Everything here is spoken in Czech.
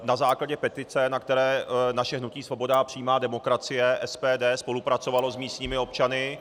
Na základě petice, na které naše hnutí Svoboda a přímá demokracie, SPD, spolupracovalo s místními občany...